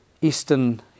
Eastern